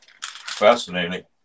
Fascinating